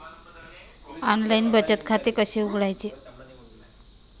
Online बचत खाते कसे उघडायचे?